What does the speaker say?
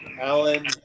Alan